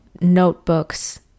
notebooks